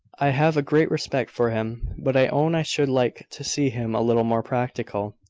i have a great respect for him but i own i should like to see him a little more practical.